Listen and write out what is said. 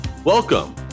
Welcome